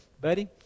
Buddy